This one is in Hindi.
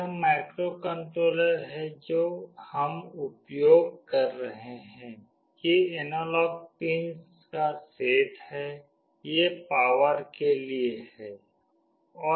यह माइक्रोकंट्रोलर है जो हम उपयोग कर रहे हैं ये एनालॉग पिंस का सेट है ये पावर के लिए है